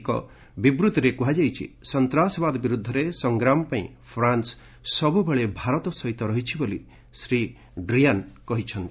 ଏହି ବିବୃତ୍ତିରେ କୁହାଯାଇଛି ସନ୍ତାସବାଦ ବିରୁଦ୍ଧରେ ସଂଗ୍ରାମ ପାଇଁ ଫ୍ରାନ୍ନ ସବୁବେଳେ ଭାରତ ସହିତ ରହିଛି ବୋଲି ଶୀ ଡ଼ିଆନ୍ କହିଛନ୍ତି